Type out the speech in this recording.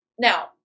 Now